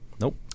Nope